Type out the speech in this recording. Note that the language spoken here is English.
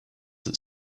that